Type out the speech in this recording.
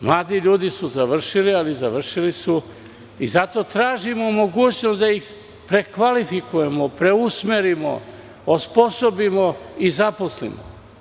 Mladi ljudi su završili i završili su, ali zato tražimo mogućnost da ih prekvalifikujemo, preusmerimo, osposobimo i zaposlimo.